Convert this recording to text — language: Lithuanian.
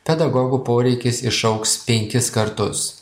pedagogų poreikis išaugs penkis kartus